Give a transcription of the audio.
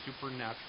supernatural